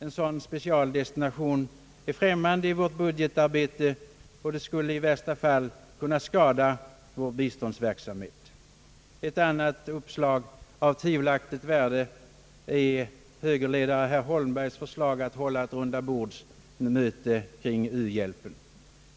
En sådan specialdestinering är främmande i vårt budgetarbete, och den skulle i värsta fall kunna skada vår biståndsverksamhet. Ett annat uppslag av tvivelaktigt värde är högerledaren herr Holmbergs förslag att ha ett rundabordsmöte kring u-hjälpen.